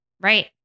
Right